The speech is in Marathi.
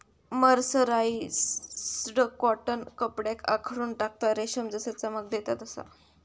मर्सराईस्ड कॉटन कपड्याक आखडून टाकता, रेशम जसा चमक देता तसा